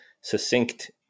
succinct